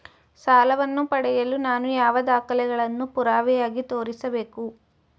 ಸಾಲವನ್ನು ಪಡೆಯಲು ನಾನು ಯಾವ ದಾಖಲೆಗಳನ್ನು ಪುರಾವೆಯಾಗಿ ತೋರಿಸಬೇಕು?